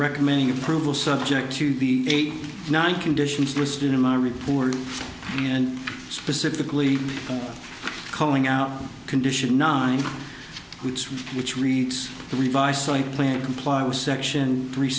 recommending approval subject to the eight nine conditions listed in my report and specifically calling out conditions nine which which reads the ribeye so i played comply with section three